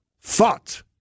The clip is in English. thought